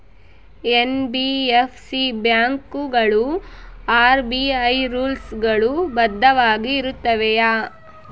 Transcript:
NBFC ಬ್ಯಾಂಕುಗಳು RBI rules ಗಳು ಬದ್ಧವಾಗಿ ಇರುತ್ತವೆಯ?